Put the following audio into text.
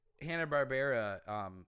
Hanna-Barbera